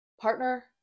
partner